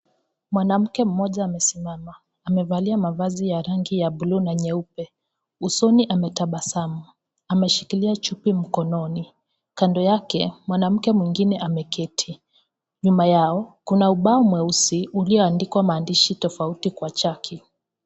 Mwanamke mmoja amesimama. Amevalia mavazi ya rangi ya bluu na nyeupe. Usoni ametabasamu. Ameshikilia chupi mkononi. Kando yake, mwanamke mwengine ameketi. Nyuma yao kuna ubao mweusi ulioandikwa maandishi tofauti kwa chaki.